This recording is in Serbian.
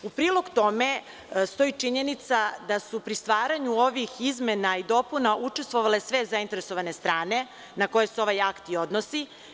U prilog tome stoji činjenica da su pri stvaranju ovih izmena i dopuna učestvovale sve zainteresovane strane na koje se ovaj akt odnosi.